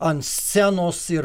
ant scenos ir